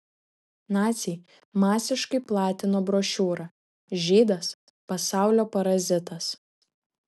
naciai masiškai platino brošiūrą žydas pasaulio parazitas